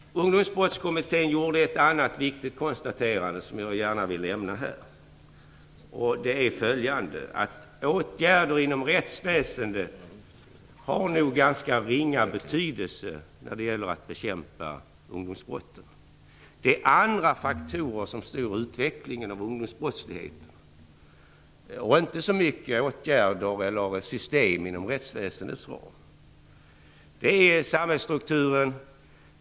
Ungdomsbrottskommittén gjorde ett annat viktigt konstaterande som jag gärna vill nämna här: Åtgärder inom rättsväsendet har nog ganska ringa betydelse när det gäller att bekämpa ungdomsbrotten. Det är andra faktorer som styr utvecklingen av ungdomsbrottsligheten - inte så mycket åtgärder eller system inom rättsväsendets ram. Det är samhällsstrukturen.